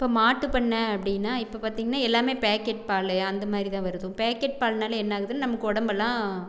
இப்போ மாட்டுப் பண்ணை அப்படினா இப்போ பார்த்திங்கன்னா எல்லாமே பேக்கெட் பால் அந்த மாதிரி தான் வருது பேக்கெட் பால்னால் என்ன ஆகுதுனால் நமக்கு உடம்பெல்லாம்